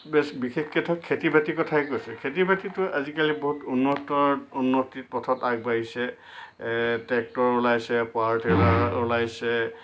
best বিশেষকৈতো খেতি বাতিৰ কথাই কৈছোঁ খেতি বাতিটো আজিকালি বহুত উন্নত উন্নতি পথত আগবাঢ়িছে ট্ৰেক্টৰ ওলাইছে পাৱাৰ টিলাৰ ওলাইছে